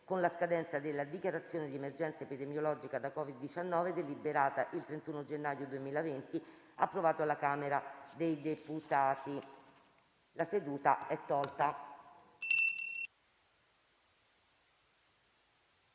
con la scadenza della dichiarazione di emergenza epidemiologica da COVID-19 deliberata il 31 gennaio 2020 (approvato dalla Camera dei deputati) - Relatrice